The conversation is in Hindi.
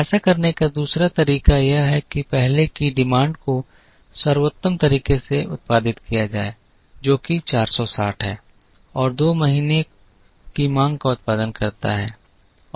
ऐसा करने का दूसरा तरीका यह है कि पहले महीने की मांग को सर्वोत्तम तरीके से उत्पादित किया जाए जो कि 460 है और दो महीने की मांग का उत्पादन करता है